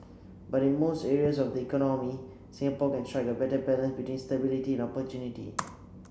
but in most areas of the economy Singapore can strike a better balance between stability and opportunity